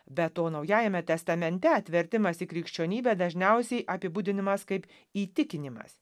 be to naujajame testamente atvertimas į krikščionybę dažniausiai apibūdinamas kaip įtikinimas